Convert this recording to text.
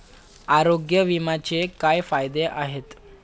आरोग्य विम्याचे काय फायदे आहेत?